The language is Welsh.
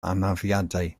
anafiadau